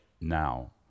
now